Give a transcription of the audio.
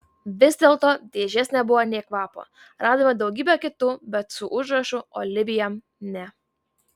vis dėlto dėžės nebuvo nė kvapo radome daugybę kitų bet su užrašu olivija ne